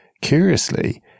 curiously